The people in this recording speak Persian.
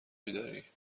بیداری